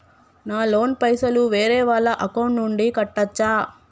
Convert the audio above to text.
నా లోన్ పైసలు వేరే వాళ్ల అకౌంట్ నుండి కట్టచ్చా?